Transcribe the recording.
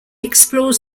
explores